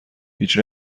هیچ